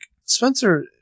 Spencer